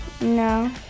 No